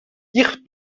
ich